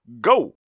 go